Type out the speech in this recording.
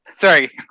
Sorry